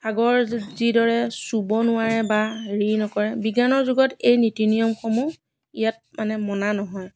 আগৰ যিদৰে চুব নোৱাৰে বা হেৰি নকৰে বিজ্ঞানৰ যুগত এই নীতি নিয়মসমূহ ইয়াত মানে মনা নহয়